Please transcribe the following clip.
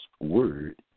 word